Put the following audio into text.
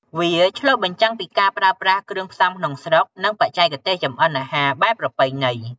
វាឆ្លុះបញ្ចាំងពីការប្រើប្រាស់គ្រឿងផ្សំក្នុងស្រុក និងបច្ចេកទេសចម្អិនអាហារបែបប្រពៃណី។